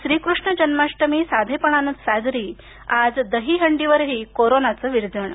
श्रीकष्ण जन्माष्टमी साधेपणानंच साजरी आज दहिहंडीवरही कोरोनाचं विरजण